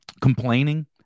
complaining